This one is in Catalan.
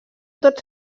tots